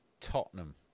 Tottenham